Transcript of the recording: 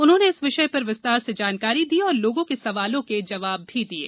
उन्होंने इस विषय पर विस्तार से जानकारी दी और लोगों के सवालों के जवाब भी दिये